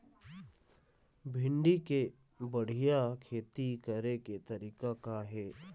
भिंडी के बढ़िया खेती करे के तरीका का हे?